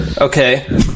okay